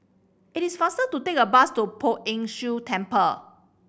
it is faster to take a bus to Poh Ern Shih Temple